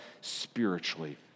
spiritually